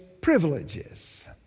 privileges